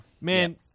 Man